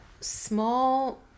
small